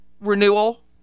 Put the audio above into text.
renewal